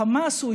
חבר כנסת